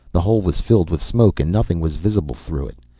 the hole was filled with smoke and nothing was visible through it.